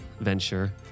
venture